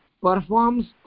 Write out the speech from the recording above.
performs